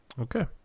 Okay